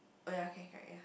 oh yea okay correct yea